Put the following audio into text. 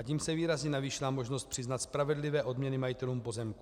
Tím se výrazně navýšila možnost přiznat spravedlivé odměny majitelům pozemků.